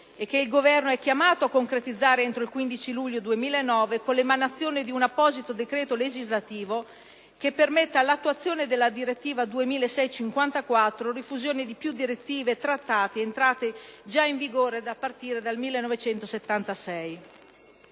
e donne in materia di occupazione e d'impiego entro il 15 luglio 2009 con l'emanazione di un apposito decreto legislativo che permetta l'attuazione della direttiva 2006/54/CE (rifusione di più direttive e trattati, entrati già in vigore a partire dal 1976).